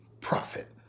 profit